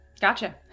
gotcha